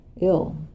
ill